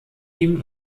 ihm